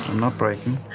not breaking.